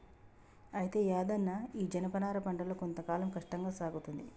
అయితే యాదన్న ఈ జనపనార పంటలో కొంత కాలం కష్టంగా సాగుతుంది